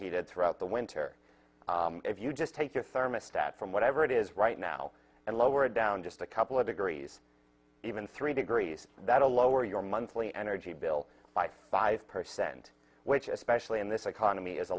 heated throughout the winter if you just take your thermostat from whatever it is right now and lower it down just a couple of degrees even three degrees that a lower your monthly energy bill by five percent which especially in this economy is a